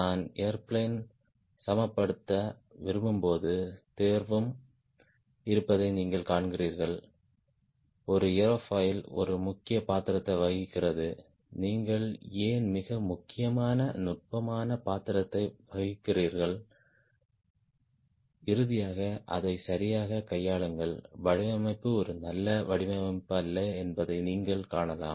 நான் ஏர்பிளேன் சமப்படுத்த விரும்பும்போது தேர்வும் இருப்பதை நீங்கள் காண்கிறீர்கள் ஒரு ஏர்ஃபாயில் ஒரு முக்கிய பாத்திரத்தை வகிக்கிறது நீங்கள் ஏன் மிக முக்கியமான நுட்பமான பாத்திரத்தை வகிக்கிறீர்கள் இறுதியாக அதை சரியாகக் கையாளுங்கள் வடிவமைப்பு ஒரு நல்ல வடிவமைப்பு அல்ல என்பதை நீங்கள் காணலாம்